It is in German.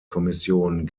kommission